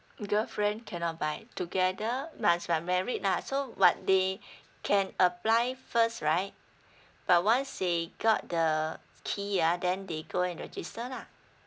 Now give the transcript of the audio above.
girlfriend cannot buy together once they're married lah so but they can apply first right but once they got the key ah then they go and register lah